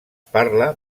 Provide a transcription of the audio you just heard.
parla